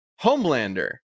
Homelander